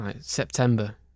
September